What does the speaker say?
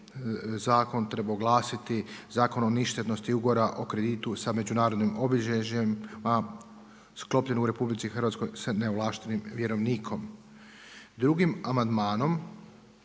zakon trebao glasiti Zakon o ništetnosti ugovora o kreditu sa Međunarodnim obilježjima sklopljen u RH sa neovlaštenim vjerovnikom. Drugim amandmanom